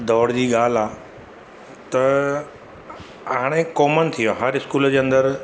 दौड़ जी ॻाल्हि आहे त हाणे कॉमन थि वियो आहे हर स्कूल जे अंदरि